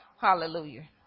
Hallelujah